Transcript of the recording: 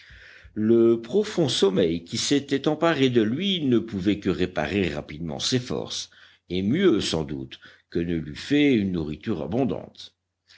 le profond sommeil qui s'était emparé de lui ne pouvait que réparer rapidement ses forces et mieux sans doute que ne l'eût fait une nourriture abondante